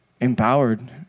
empowered